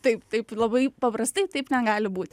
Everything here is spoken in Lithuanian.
taip taip labai paprastai taip negali būti